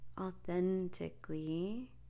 authentically